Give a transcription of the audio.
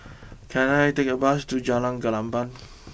can I take a bus to Jalan Gelenggang